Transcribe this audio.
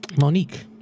Monique